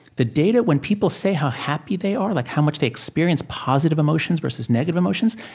the data when people say how happy they are, like how much they experience positive emotions versus negative emotions,